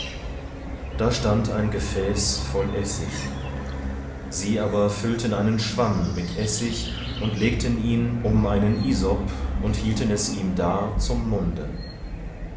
da stand ein gefäß voll essig sie aber füllten einen schwamm mit essig und legten ihn um einen isop und hielten es ihm dar zum munde